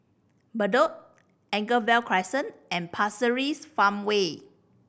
Bedok Anchorvale Crescent and Pasir Ris Farmway